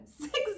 Six